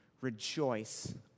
Rejoice